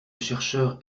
chercheur